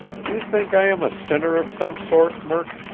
do you think i am a sinner of some sort, murk?